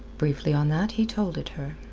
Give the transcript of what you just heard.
briefly on that he told it her.